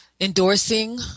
endorsing